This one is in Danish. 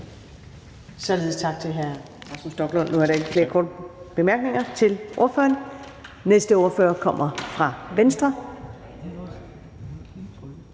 Således tak til hr. Rasmus Stoklund. Nu er der ikke flere korte bemærkninger til ordføreren. Den næste ordfører kommer fra Venstre.